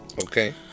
Okay